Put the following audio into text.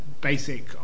basic